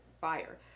buyer